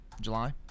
July